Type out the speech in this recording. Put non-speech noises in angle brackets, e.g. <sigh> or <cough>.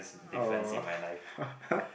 uh <laughs>